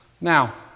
Now